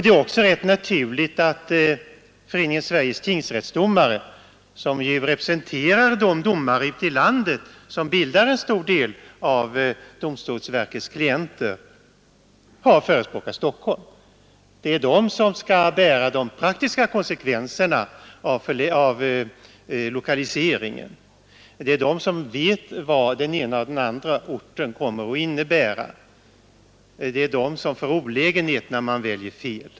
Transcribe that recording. Det är också rätt naturligt att Föreningen Sveriges tingsrättsdomare, som representerar de domare ute i landet som bildar en stor del av domstolsverkets klienter, har förespråkat Stockholm. Det är de som skall bära de praktiska konsekvenserna av lokaliseringen. Det är de som vet vad en förläggning till den ena eller andra orten kommer att innebära och det är de som får olägenheterna om man väljer fel.